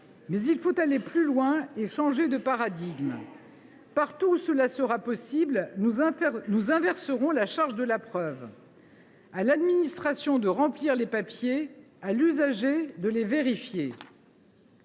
Mais il faut aller plus loin et changer de paradigme. Partout où cela sera possible, nous inverserons la charge de la preuve : à l’administration de remplir les papiers, à l’usager de les vérifier.